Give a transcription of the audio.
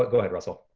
ah go ahead russell.